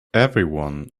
everyone